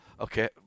Okay